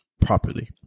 properly